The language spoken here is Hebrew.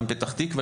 גם פתח תקווה,